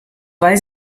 weil